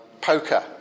poker